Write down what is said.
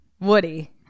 Woody